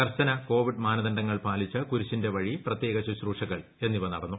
കർശന കോവിഡ് മാനദണ്ഡങ്ങൾ പ്രൂപ്പിച്ച് കുരുശിന്റെ വഴി പ്രത്യേക ശുശ്രൂഷകൾ എന്നിവ നടന്നു